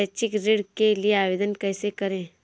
शैक्षिक ऋण के लिए आवेदन कैसे करें?